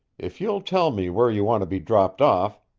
if you'll tell me where you want to be dropped off,